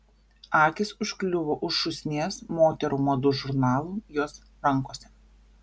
akys užkliuvo už šūsnies moterų madų žurnalų jos rankose